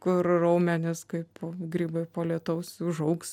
kur raumenys kaip grybai po lietaus užaugs